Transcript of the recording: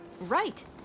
Right